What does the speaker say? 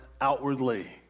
outwardly